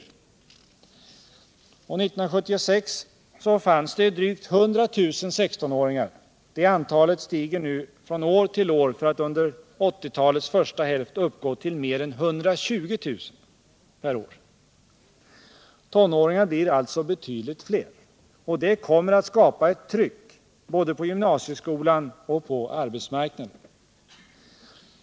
1976 fanns det drygt 100 000 16-åringar. Det antalet stiger nu från år till år för att under 1980-talets första hälft uppgå till mer än 120000 per år. Tonåringarna blir alltså betydligt fler. Det kommer att skapa ett tryck både på gymnasieskolan och på arbetsmarknaden.